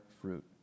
fruit